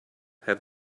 have